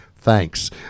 Thanks